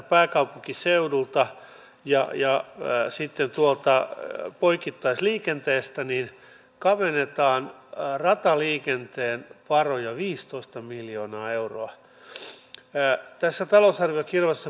vielä vakavampaa on kuitenkin se jos asiantuntija sivuutetaan myös lakien valmistelussa tai siitä annetaan täysin päinvastainen kuva eduskunnalle